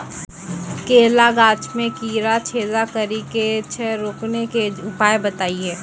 केला गाछ मे कीड़ा छेदा कड़ी दे छ रोकने के उपाय बताइए?